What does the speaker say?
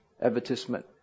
advertisement